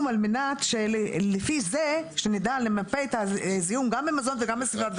על מנת שלפי זה נדע למפות את הזיהום גם במזון וגם בסביבה.